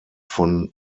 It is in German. von